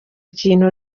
kintu